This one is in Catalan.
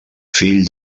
fill